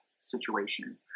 situation